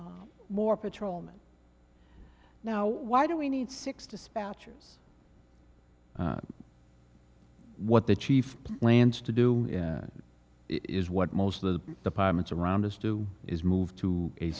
be more patrolmen now why do we need six dispatchers what the chief plans to do is what most of the departments around us do is move to a